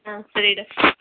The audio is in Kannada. ಆ ಸರಿ ಡಾಕ್ಟರ್